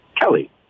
Kelly